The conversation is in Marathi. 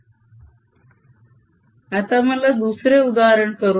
मला आता दुसरे उदाहरण करू दे